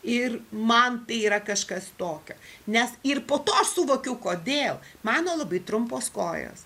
ir man tai yra kažkas tokio nes ir po to aš suvokiau kodėl mano labai trumpos kojos